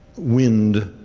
wind,